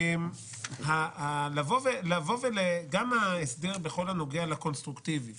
גם ההסדר בכל הנוגע לקונסטרוקטיבי